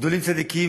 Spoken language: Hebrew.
גדולים צדיקים